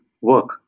work